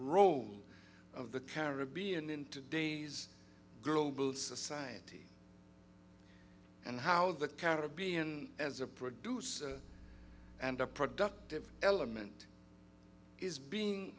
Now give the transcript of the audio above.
role of the caribbean in today's girl will society and how the caribbean as a producer and a productive element is being